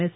S